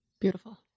Beautiful